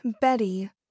betty